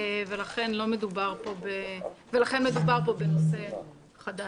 ולכן מדובר פה בנושא חדש.